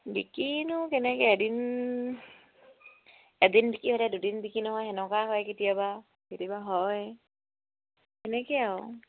বিকিনো কেনেকে এদিন এদিন বিকি হ'লে দুদিন বিকি নহয় সেনেকুৱা হয় কেতিয়াবা কেতিয়াবা হয় সেনেকে আৰু